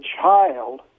child